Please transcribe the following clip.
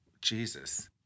Jesus